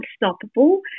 unstoppable